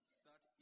start